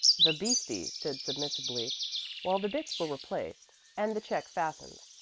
the beastie stood submissively while the bits were replaced and the check fastened.